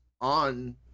on